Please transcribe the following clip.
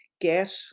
get